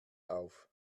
auf